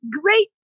great